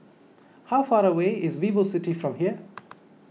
how far away is VivoCity from here